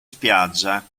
spiaggia